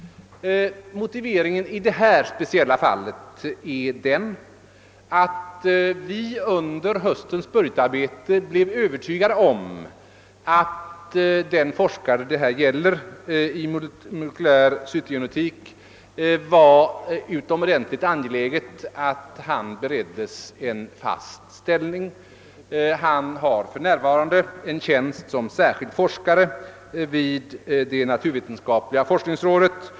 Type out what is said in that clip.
Motiveringen för tjänsten i molekylär cytogenetik är den att vi under höstens budgetarbete blev övertygade om att det var utomordentligt angeläget att den forskare det här gäller, bereddes en fast tjänst. Han har för närvarande en tjänst som särskild forskare vid det naturvetenskapliga forskningsrådet.